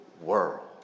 world